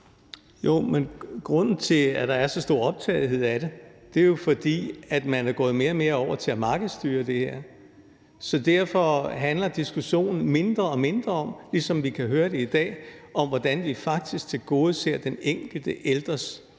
Men grunden til, at der er så stor optagethed af det, er jo, at man er gået mere og mere over til at markedsstyre det her. Så derfor handler diskussionen mindre og mindre om – som vi kan høre det i dag – hvordan vi faktisk tilgodeser den enkelte ældres